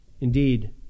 Indeed